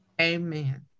Amen